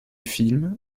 film